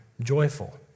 joyful